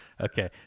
Okay